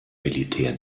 militär